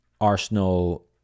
Arsenal